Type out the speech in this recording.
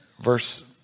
verse